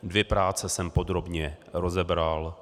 Dvě práce jsem podrobně rozebral.